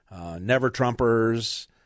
never-Trumpers